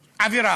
עבירה.